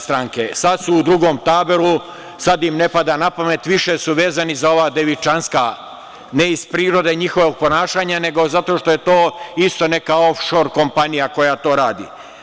Sad su u drugom taboru, sad im ne pada na pamet, više su vezani za ova Devičanska, ne iz prirode njihovog ponašanja nego zato što je to isto neka ofšor kompanija koja to radi.